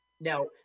Now